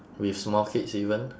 with small kids even